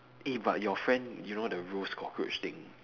eh but your friend you know the roast cockroach thing